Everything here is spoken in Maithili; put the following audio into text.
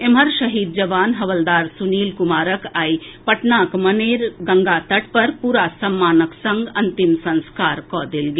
एम्हर शहीद जवान हवलदार सुनील कुमारक आइ पटनाक मनेर गंगा तट पर पूरा सम्मानक संग अंतिम संस्कार कऽ देल गेल